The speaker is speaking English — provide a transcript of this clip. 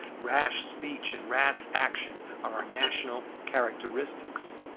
rash speech and rash action are our national characteristics,